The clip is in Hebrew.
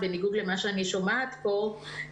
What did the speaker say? בניגוד למה שאני שומעת פה,